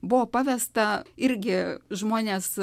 buvo pavesta irgi žmones